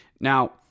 Now